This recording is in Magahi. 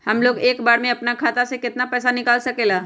हमलोग एक बार में अपना खाता से केतना पैसा निकाल सकेला?